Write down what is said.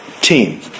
team